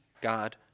God